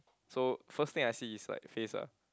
so first thing I see is like face lah